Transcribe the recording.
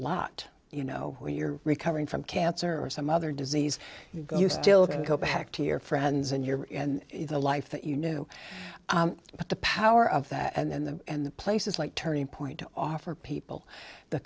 lot you know when you're recovering from cancer or some other disease you still can go back to your friends and your life that you know but the power of that and the and the places like turning point to offer people the